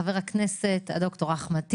חבר הכנסת ד"ר אחמד טיבי,